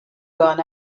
gone